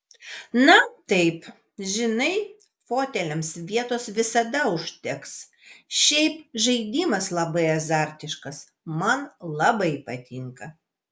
na taip žinai foteliams vietos visada užteks šiaip žaidimas labai azartiškas man labai patinka